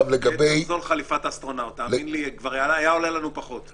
תאמין לי שחליפת אסטרונאוט כבר הייתה עולה לנו לפחות.